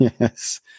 Yes